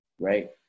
Right